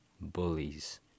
bullies